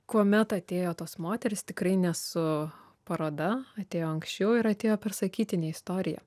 kuomet atėjo tos moterys tikrai ne su paroda atėjo anksčiau ir atėjo per sakytinę istoriją